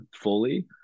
fully